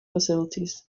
facilities